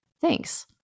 Thanks